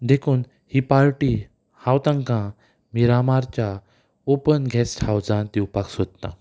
देखून ही पार्टी हांव तांकां मिरामारच्या ओपन गॅस्ट हावजान दिवपाक सोदतां